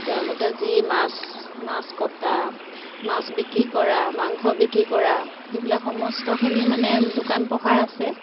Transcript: তেওঁলোকে যি মাছ মাছ কটা মাছ বিক্ৰী কৰা মাংস বিক্ৰী কৰা সেইবিলাক সমস্তখিনি মানে দোকান পোহাৰ আছে